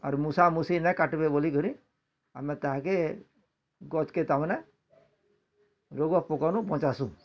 ଆରୁ ମୂଷା ମୂଷି ନା କାଟିବେ ବୋଲି କରି ଆମେ ତାହାକେ ଗଛ୍ କେ ତା ମାନେ ରୋଗ୍ ପୋକ୍ ନୁ ବଞ୍ଚାସୁଁ